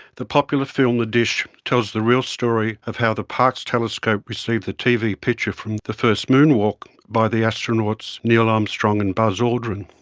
the popular film the dish tells the real story of how the parkes telescope received the tv picture of the first moonwalk by the astronauts neil armstrong and buzz aldrin.